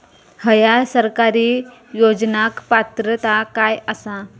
हया सरकारी योजनाक पात्रता काय आसा?